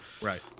Right